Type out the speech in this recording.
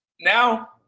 now